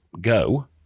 go